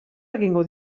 egingo